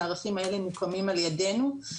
המערכים האלה מוקמים על ידנו.